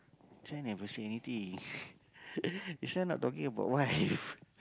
try never say anything this one not talking about wife~